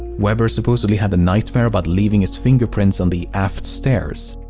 weber supposedly had a nightmare about leaving his fingerprints on the aft stairs.